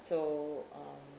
so um